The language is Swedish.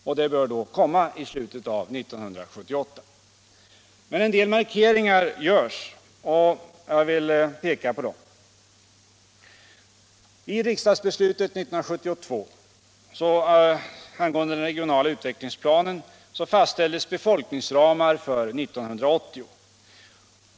Och det bör komma i slutet av 1978. En del markeringar görs dock, och jag vill peka på dem. I riksdagsbeslutet 1972 angående den regionala utvecklingsplanen fastställdes befolkningsramar för 1980.